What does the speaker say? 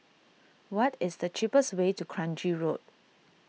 what is the cheapest way to Kranji Road